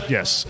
Yes